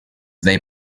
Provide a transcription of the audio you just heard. they